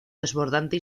desbordante